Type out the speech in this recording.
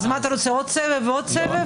מה אתה רוצה, עוד סבב ועוד סבב?